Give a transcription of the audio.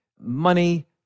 money